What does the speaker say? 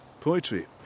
poetry